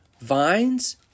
Vines